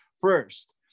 first